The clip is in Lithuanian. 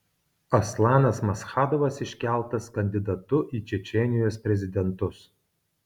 aslanas maschadovas iškeltas kandidatu į čečėnijos prezidentus